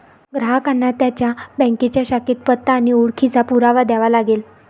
ग्राहकांना त्यांच्या बँकेच्या शाखेत पत्ता आणि ओळखीचा पुरावा द्यावा लागेल